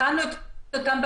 בחנו את אותן בקשות,